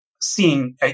seeing